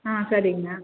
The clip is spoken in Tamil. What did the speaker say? ஆ சரிங்க